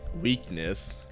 weakness